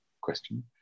question